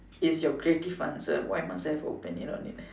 is your creative answer why must I have opinion on it